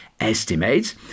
estimates